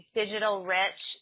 digital-rich